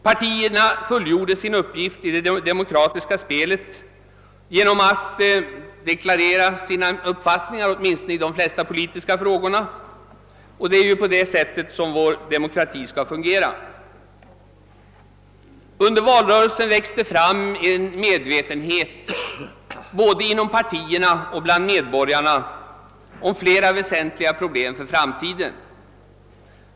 Partierna fullgjorde sin uppgift i det demokratiska spelet genom att deklarera sina uppfattningar i de flesta politiska frågor. Det är på det sättet som vår demokrati skall fungera. Under valrörelsen växte det fram en medvetenhet både inom partierna och bland medborgarna om flera väsentliga problem för framtiden.